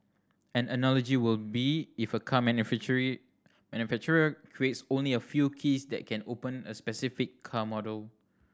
an analogy will be if a car manufacture manufacturer creates only a few keys that can open a specific car model